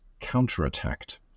counterattacked